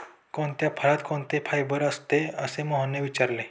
कोणत्या फळात कोणते फायबर असते? असे मोहितने विचारले